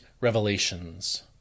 revelations